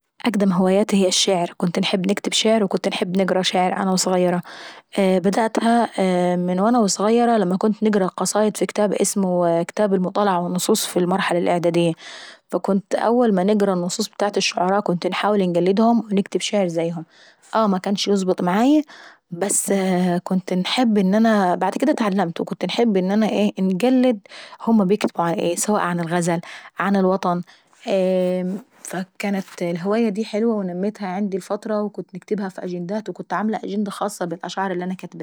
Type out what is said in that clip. اقدم هواياتي هي الشعر، كنت انجب نكتب شعر وكنت نحب نقرا شعر وانا ظغيرة. بدأتها من وانا وظغيرة لما كنت نقرا في كتاب اسمه كتاب "المطالعة والنصوص" في المرحلة الإعدادية. فكنت اول ما كنت نقرا النصوص ابتاعة الشعراء كنت انحب نعمل زيهم ونقلدهم. آه مكنش يظبط معايي بس بعد كد اتلعمت وكنت انحب انقلد هما بيكتبوا عن ايه، سواء عن الغزل غن الوطن. فكانت الهواية دي حلوة ونميتها عندي لفترة وكنت نكتبها في اجندات. وكنت عاملة أجندة خاصة بالأشعار اللي انا كاتباهي.